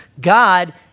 God